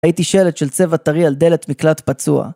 הייתי שלט של צבע טרי על דלת מקלט פצוע.